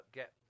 get